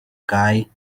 guy